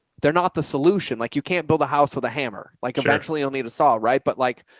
they're not the solution. like you can't build a house with a hammer, like eventually only to solve. right. but like,